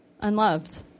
unloved